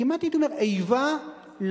כמעט הייתי אומר: איבה לעובד,